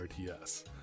RTS